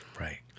Right